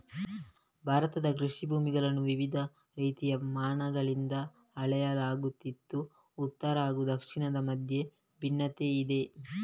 ಭಾರತದ ಕೃಷಿ ಭೂಮಿಗಳನ್ನು ವಿವಿಧ ರೀತಿಯ ಮಾನಗಳಿಂದ ಅಳೆಯಲಾಗುತ್ತಿದ್ದು ಉತ್ತರ ಹಾಗೂ ದಕ್ಷಿಣದ ಮಧ್ಯೆ ಭಿನ್ನತೆಯಿದೆ